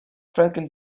franklin